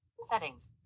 Settings